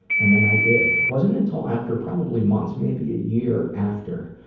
and then i did. it wasn't until after probably months, maybe a year after,